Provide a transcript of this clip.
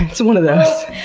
it's one of those.